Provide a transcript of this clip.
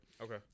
Okay